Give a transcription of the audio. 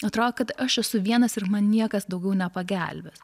atrodo kad aš esu vienas ir man niekas daugiau nepagelbės